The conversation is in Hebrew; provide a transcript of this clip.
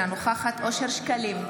אינה נוכחת אושר שקלים,